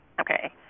Okay